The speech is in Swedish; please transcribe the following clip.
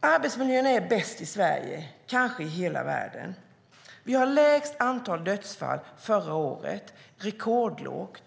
Arbetsmiljön i Sverige är bäst, kanske bäst i hela världen. Vi hade lägst antal dödsfall förra året. Det var rekordlågt.